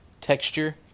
texture